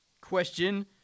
Question